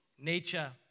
nature